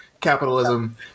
capitalism